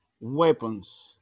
weapons